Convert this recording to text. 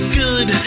good